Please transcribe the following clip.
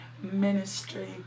Ministry